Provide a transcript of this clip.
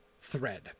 thread